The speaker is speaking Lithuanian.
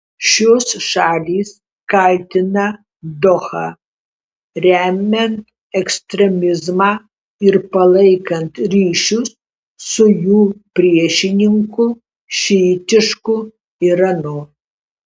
šios šalys kaltina dohą remiant ekstremizmą ir palaikant ryšius su jų priešininku šiitišku iranu